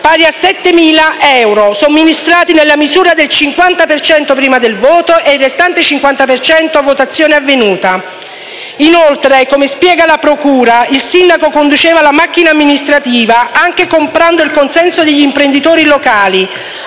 venivano somministrati nella misura del 50 per cento prima del voto e il restante 50 per cento a votazione avvenuta. Inoltre, come spiega la procura, il sindaco conduceva la macchina amministrativa anche comprando il consenso degli imprenditori locali,